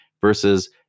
versus